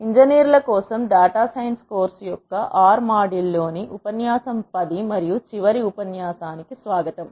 ఇంజనీర్ల కోసం data science course యొక్క R మాడ్యూల్లోని ఉపన్యాసం 10 మరియు చివరి ఉపన్యాసానికి స్వాగతం